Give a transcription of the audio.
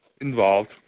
involved